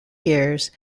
years